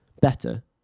Better